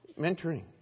Mentoring